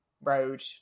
Road